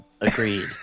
Agreed